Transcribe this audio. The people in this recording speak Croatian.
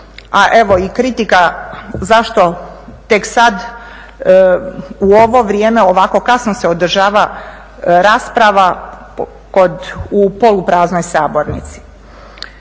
a evo i kritika zašto tek sad u ovo vrijeme, ovako kasno se održava rasprava u polupraznoj sabornici.